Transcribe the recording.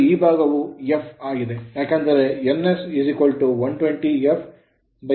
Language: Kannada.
ಮತ್ತು ಈ ಭಾಗವು f ಆಗಿದೆ ಏಕೆಂದರೆ ns 120 f P ಮೊದಲೇ ತೋರಿಸಲಾಗಿದೆ